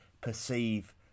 perceive